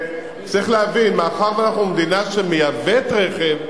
צריך להבין, מאחר שאנחנו מדינה שמייבאת רכב,